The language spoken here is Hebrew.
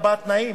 רבותי,